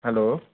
hello